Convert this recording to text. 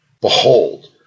Behold